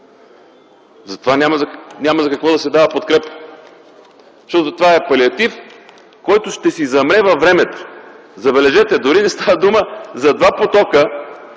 Затова няма за какво да се дава подкрепа, защото това е палеатив, който ще си замре във времето. Забележете, дори не става дума за два потока,